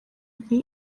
nti